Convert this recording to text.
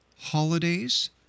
holidays